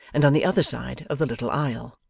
and on the other side of the little aisle,